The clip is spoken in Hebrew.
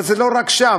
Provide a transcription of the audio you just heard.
אבל זה לא רק שם,